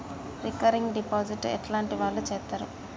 Recurring deposit ఎట్లాంటి వాళ్లు చేత్తరు?